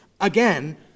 Again